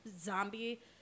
zombie